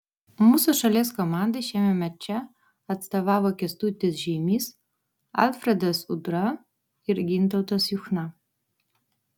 mūsų šalies komandai šiame mače atstovavo kęstutis žeimys alfredas udra ir gintautas juchna